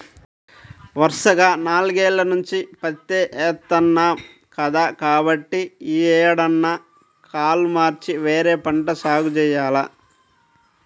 వరసగా నాలుగేల్ల నుంచి పత్తే ఏత్తన్నాం కదా, కాబట్టి యీ ఏడన్నా కాలు మార్చి వేరే పంట సాగు జెయ్యాల